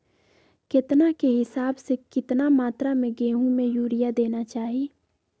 केतना के हिसाब से, कितना मात्रा में गेहूं में यूरिया देना चाही?